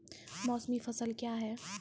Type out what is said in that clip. मौसमी फसल क्या हैं?